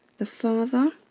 the father,